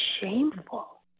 shameful